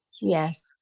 Yes